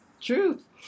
Truth